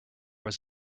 was